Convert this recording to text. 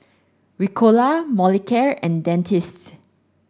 Ricola Molicare and Dentiste